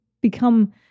become